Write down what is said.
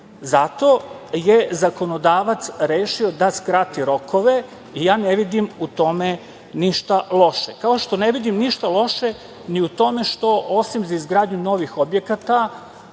Zato je zakonodavac rešio da skrati rokove i ja ne vidim u tome ništa loše. Kao što ne vidim ništa loše ni u tome što osim za izgradnju novih objekata